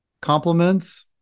compliments